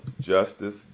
justice